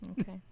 Okay